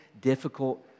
difficult